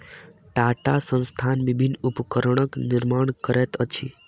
टाटा संस्थान विभिन्न उपकरणक निर्माण करैत अछि